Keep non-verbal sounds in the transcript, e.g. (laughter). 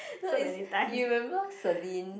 (laughs) no is you remember Celine